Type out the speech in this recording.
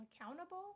accountable